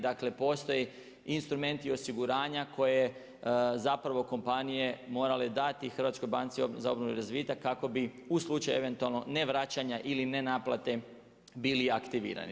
Dakle, postoje i instrumenti osiguranja koje zapravo kompanije morale dati Hrvatskoj banci za obnovu i razvitak kako bi u slučaju eventualno ne vraćanja ili ne naplate bili aktivirani.